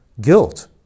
guilt